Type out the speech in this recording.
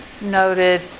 noted